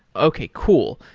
okay. cool.